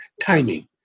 timing